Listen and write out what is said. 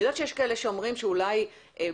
אני יודעת שיש כאלה שאומרים שאולי בכלל,